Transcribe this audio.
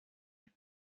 had